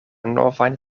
novajn